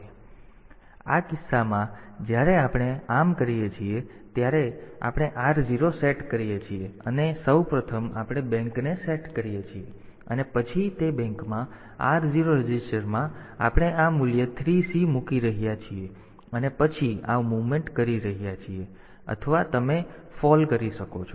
તેથી આ કિસ્સામાં જ્યારે આપણે આમ કરીએ છીએ ત્યારે આપણે R0 સેટ કરીએ છીએ અને સૌ પ્રથમ આપણે બેંકને સેટ કરીએ છીએ અને પછી તે બેંકમાં R0 રજિસ્ટરમાં આપણે આ મૂલ્ય 3 C મૂકી રહ્યા છીએ અને પછી આ મુવમેન્ટ કરી રહ્યા છીએ અથવા તમે પડી શકો છો